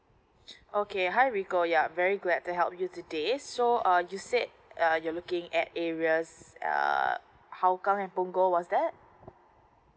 okay hi rico ya very glad to help you today so uh you said uh you're looking at areas err hougang and punggol was that